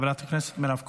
חברת הכנסת מירב כהן,